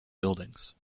buildings